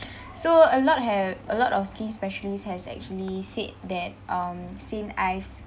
so a lot ha~ a lot of skin specialist has actually said that um St. Ives